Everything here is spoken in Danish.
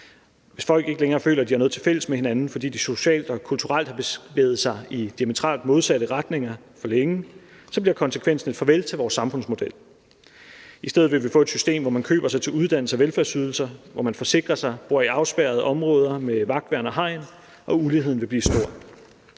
Hvis folk ikke længere føler, at de har noget til fælles med hinanden, fordi de socialt og kulturelt har bevæget sig i diametralt modsatte retninger for længe, så bliver konsekvensen et farvel til vores samfundsmodel. I stedet vil vi få et system, hvor man køber sig til uddannelse og velfærdsydelser, hvor man forsikrer sig, bor i afspærrede områder med vagtværn og hegn, og uligheden vil blive stor.